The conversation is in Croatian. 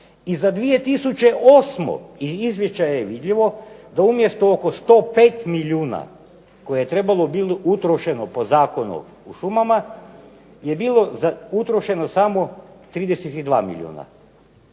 I za 2008. iz izvješća je vidljivo da umjesto oko 105 milijuna koje je trebalo utrošeno po Zakonu o šumama je bilo utrošeno samo 32 milijuna.